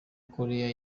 koreya